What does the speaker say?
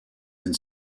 and